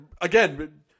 again